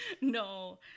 no